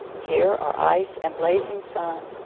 here are ice and blazing sun,